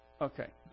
Okay